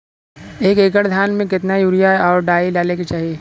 एक एकड़ धान में कितना यूरिया और डाई डाले के चाही?